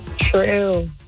True